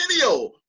video